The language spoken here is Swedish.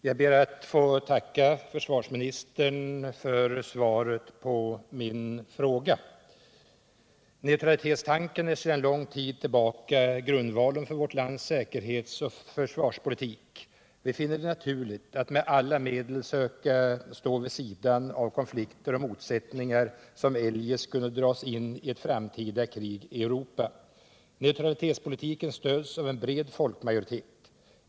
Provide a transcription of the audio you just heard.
Herr talman! Jag ber att få tacka försvarsministern för svaret på min fråga. Neutralitetstanken är sedan lång tid tillbaka grundvalen för vårt lands säkerhetsoch försvarspolitik. Vi finner det naturligt att med alla medel söka stå vid sidan om konflikter och motsättningar som eljest kunde dra oss in i ett framtida krig i Europa. Neutralitetspolitiken stöds av en bred folkmajoritet.